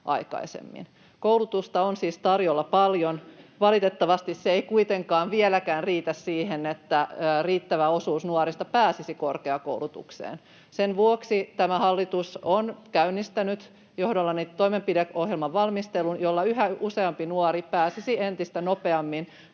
Koulutusta on siis tarjolla paljon. Valitettavasti se ei kuitenkaan vieläkään riitä siihen, että riittävä osuus nuorista pääsisi korkeakoulutukseen. Sen vuoksi tämä hallitus on käynnistänyt johdollani toimenpideohjelman valmistelun, jotta yhä useampi nuori pääsisi entistä nopeammin